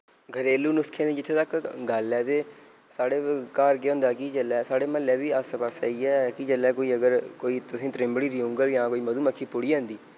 घरेलू नुस्खे दी जित्थै तक्क गल्ल ऐ ते साढ़े घर केह् होंदा कि जेल्लै साढ़े म्हल्लै बी आसै पास्सै इ'यै कि जेल्लै अगर कोई तुसें त्रिंबड़ी रयुनगढ़ जां कोई मधुमक्खी पुड़ी जंदी